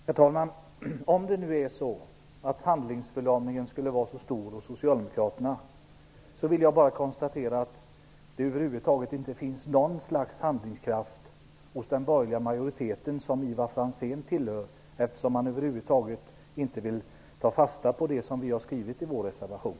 Herr talman! Om det nu är så att socialdemokraternas handlingsförlamning är stor, kan jag bara konstatera att det inte finns någon handlingskraft över huvud taget hos den borgerliga majoritet som Ivar Franzén tillhör. Man vill ju inte alls ta fasta på det som vi har skrivit i vår reservation.